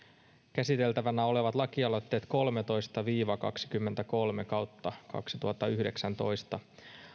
käsiteltävänä olevat lakialoitteet kolmetoista viiva kaksikymmentäkolme kautta kaksituhattayhdeksäntoista